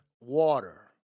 water